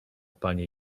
panie